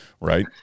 right